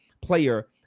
player